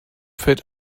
fällt